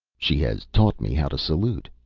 she has taught me how to salute,